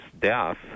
death